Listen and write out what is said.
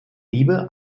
liebe